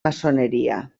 maçoneria